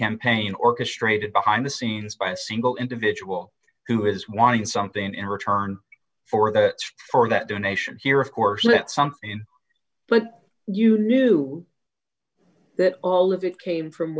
campaign orchestrated behind the scenes by a single individual who is wanting something in return for the for that donations here of course it sunk in but you knew that all of it came from